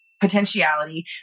potentiality